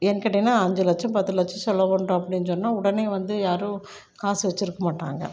ஏன்னு கேட்டீங்கன்னா அஞ்சு லட்சம் பத்து லட்சம் செலவு பண்ணுறோம் அப்படின்னு சொன்னால் உடனே வந்து யாரும் காசு வெச்சிருக்க மாட்டாங்க